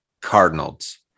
Cardinals